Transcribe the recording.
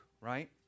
right